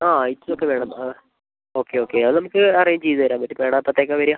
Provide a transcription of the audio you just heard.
ആ ഒക്കെ വേണം ഓക്കെ ഓക്കെ അത് നമുക്ക് അറേഞ്ച് ചെയ്തുതരാൻ പറ്റും മാഡം എപ്പോഴത്തേക്കാണ് വരിക